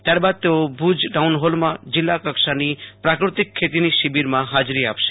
ત્યારબાદ તેઓ ભુજ ટાઉન હોલમાં જિલ્લા કક્ષાની પ્રાકૃતિક ખેતીની શિબિરમાં હાજરી આપશે